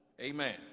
Amen